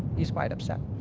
is quite upset.